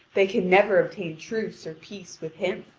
they can never obtain truce or peace with him.